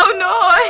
so no